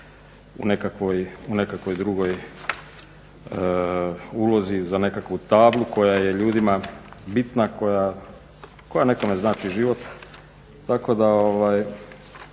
u nekakvoj drugoj ulozi, za nekakvu tablu koja je ljudima bitna, koja nekome znači život